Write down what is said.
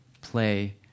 play